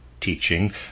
teaching